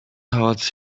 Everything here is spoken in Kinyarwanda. hart